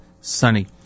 sunny